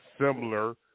similar